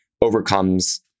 overcomes